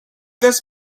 thus